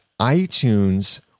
iTunes